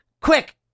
Quick